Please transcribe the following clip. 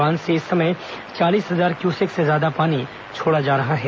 बांध से इस समय चालीस हजार क्यूसेक से ज्यादा पानी छोड़ा जा रहा है